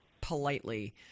politely